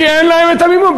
כי אין להם המימון.